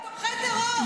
הם גם תומכי טרור.